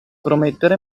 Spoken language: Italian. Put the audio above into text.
promettere